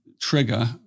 trigger